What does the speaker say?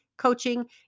coaching